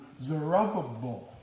Zerubbabel